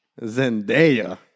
Zendaya